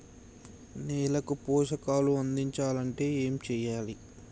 నేలకు పోషకాలు అందించాలి అంటే ఏం చెయ్యాలి?